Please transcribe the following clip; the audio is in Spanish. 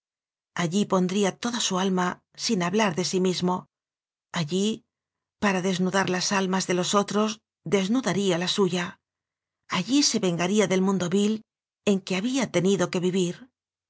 allí pondría toda su alma sin hablar de sí mismo allí para desnudar las almas de los otros desnudaría la suya allí se venga ría del mundo vil en que había tenido que vivir